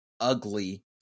ugly